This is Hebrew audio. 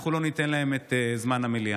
אנחנו לא ניתן להם את זמן המליאה.